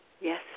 Yes